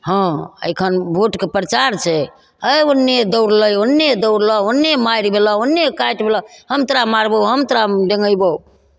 हँ एखन भोटके प्रचार छै हे ओन्ने दौड़लै ओन्ने दौड़लऽ ओन्ने मारि भेलऽ ओन्ने काटि भेलऽ हम तोरा मारबौ हम तोरा डेन्गेबौ